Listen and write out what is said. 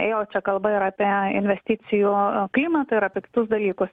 ėjo čia kalba ir apie investicijų klimatą ir apie kitus dalykus